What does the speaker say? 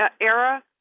era